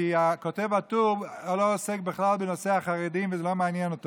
כי כותב הטור לא עוסק בכלל בנושא החרדים וזה לא מעניין אותו,